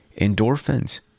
endorphins